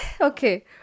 Okay